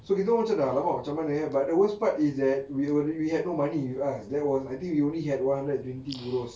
so you macam dah !alamak! macam mana eh but the worst part is that we will we had no money ah there was I think we only had one hundred and twenty euros